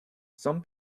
some